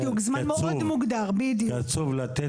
בדיוק, תוך זמן מאוד מוגדר, כן.